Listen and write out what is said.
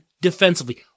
defensively